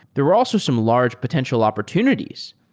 there were also some large potential opportunities.